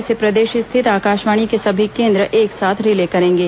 इसे प्रदेश स्थित आकाशवाणी के सभी केंद्र एक साथ रिले करेंगे